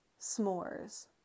s'mores